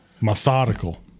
Methodical